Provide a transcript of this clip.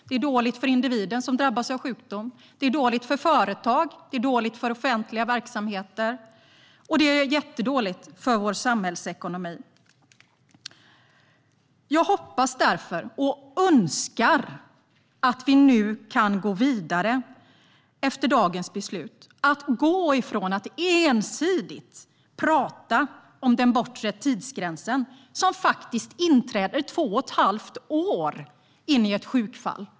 Det är dåligt för individen som drabbas av sjukdom. Det är dåligt för företag. Det är dåligt för offentliga verksamheter. Och det är jättedåligt för vår samhällsekonomi. Jag hoppas och önskar därför att vi efter dagens beslut kan gå vidare, att vi kan sluta att ensidigt tala om den bortre tidsgränsen, som faktiskt inträder två och ett halvt år in i ett sjukfall.